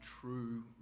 true